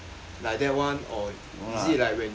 like that [one] or is it like when